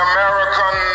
American